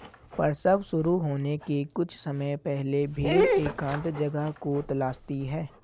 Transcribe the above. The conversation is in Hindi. प्रसव शुरू होने के कुछ समय पहले भेड़ एकांत जगह को तलाशती है